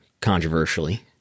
controversially